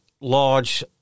Large